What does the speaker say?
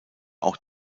auch